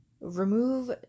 Remove